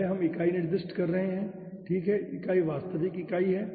पहले हम इकाई निर्दिष्ट कर रहे हैं ठीक है इकाई वास्तविक इकाई है